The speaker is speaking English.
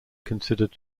considered